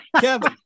Kevin